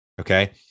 okay